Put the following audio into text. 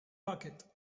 bucket